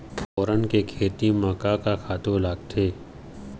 फोरन के खेती म का का खातू लागथे?